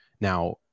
now